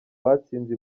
batsinze